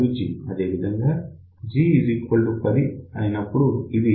అదేవిధంగా G 10 ఉన్నప్పుడు ఇది 3